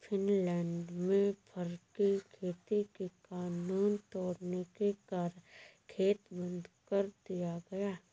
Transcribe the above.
Finland में fur की खेती के कानून तोड़ने के कारण खेत बंद कर दिया गया